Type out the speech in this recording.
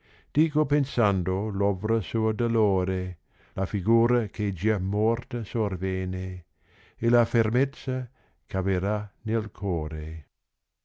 dico pensando v ovra sua d allore la figura che già morta sorvene la fermezza eh a vera nel core